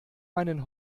meinen